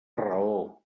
raó